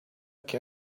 que